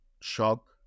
shock